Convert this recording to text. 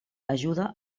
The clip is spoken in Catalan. ajuda